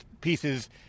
pieces